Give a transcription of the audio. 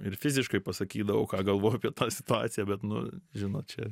ir fiziškai pasakydavau ką galvoju apie tą situaciją bet nu žinot čia